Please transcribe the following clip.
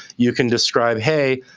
you can describe hey,